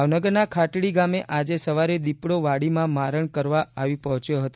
ભાવનગરના ખાટડી ગામે આજે સવારે દીપડો વાડીમાં મારણ કરવા આવી પહોંચ્યો હતો